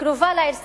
שקרובה לעיר סח'נין,